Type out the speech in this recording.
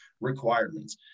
requirements